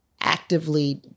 actively